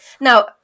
now